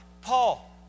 Paul